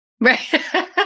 Right